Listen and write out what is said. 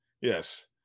Yes